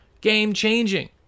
Game-changing